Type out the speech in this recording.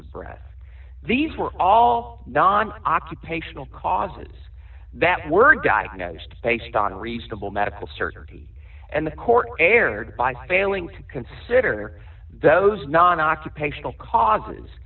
of breath these were all non occupational causes that were diagnosed based on reasonable medical certainty and the court or erred by failing to consider those non occupational causes